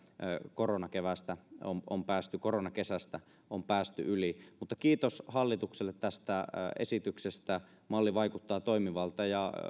koronakeväästä koronakesästä on päästy yli mutta kiitos hallitukselle tästä esityksestä malli vaikuttaa toimivalta ja